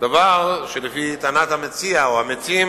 דבר שלפי טענת המציע, או המציעים,